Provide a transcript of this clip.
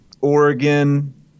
Oregon